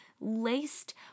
laced